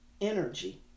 energy